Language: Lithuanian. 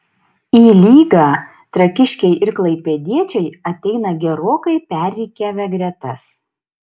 į lygą trakiškiai ir klaipėdiečiai ateina gerokai perrikiavę gretas